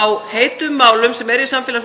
á heitum málum sem eru í